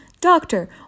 Doctor